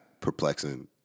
perplexing